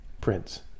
Prince